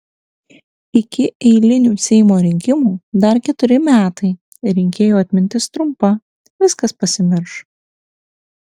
iki eilinių seimo rinkimų dar keturi metai rinkėjų atmintis trumpa viskas pasimirš